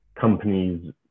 companies